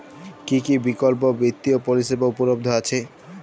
কী কী বিকল্প বিত্তীয় পরিষেবা উপলব্ধ আছে?